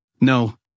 No